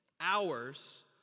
hours